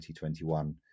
2021